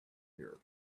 here